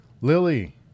Lily